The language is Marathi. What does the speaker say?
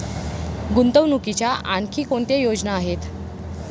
गुंतवणुकीच्या आणखी कोणत्या योजना आहेत?